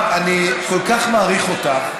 בואי, אני, את יודעת, מירב, אני כל כך מעריך אותך.